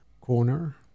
corner